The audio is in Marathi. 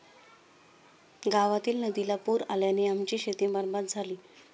गावातील नदीला पूर आल्याने आमची शेती बरबाद झाली